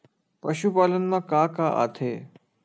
पशुपालन मा का का आथे?